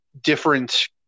different